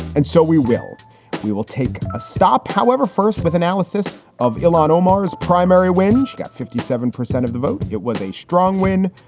and so we will we will take a stop. however, first with analysis of illinois. omar's primary win got fifty seven percent of the vote. it was a strong win.